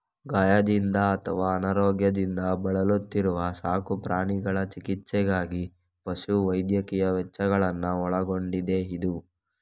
ಗಾಯದಿಂದ ಅಥವಾ ಅನಾರೋಗ್ಯದಿಂದ ಬಳಲುತ್ತಿರುವ ಸಾಕು ಪ್ರಾಣಿಗಳ ಚಿಕಿತ್ಸೆಗಾಗಿ ಪಶು ವೈದ್ಯಕೀಯ ವೆಚ್ಚಗಳನ್ನ ಒಳಗೊಂಡಿದೆಯಿದು